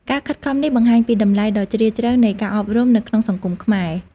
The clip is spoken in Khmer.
ការខិតខំនេះបង្ហាញពីតម្លៃដ៏ជ្រាលជ្រៅនៃការអប់រំនៅក្នុងសង្គមខ្មែរ។